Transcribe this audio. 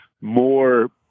more